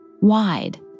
wide